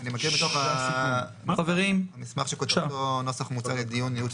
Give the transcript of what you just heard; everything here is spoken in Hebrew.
אני מקריא מתוך המסמך שכתוב בו: "נוסח מוצע לדיון ייעוץ